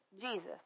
Jesus